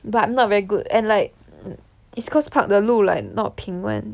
but I'm not very good and like East Coast park 的路 like not 平 [one]